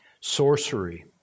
sorcery